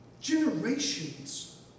generations